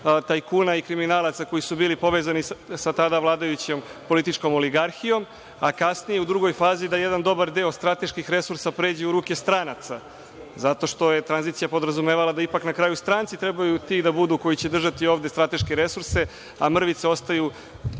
tajkuna i kriminalaca koji su bili povezani sa tada vladajućom političkom oligarhijom, a kasnije u drugoj fazi da jedan dobar deo strateških resursa pređe u ruke stranaca. Zato što je tranzicija podrazumevala da ipak na kraju stranci trebaju ti da budu koji će držati ovde strateške resurse, a mrvice ostaju